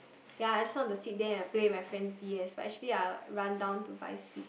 ya I just want to sit there and play with my friends D_S but actually I will run down to buy sweet